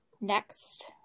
Next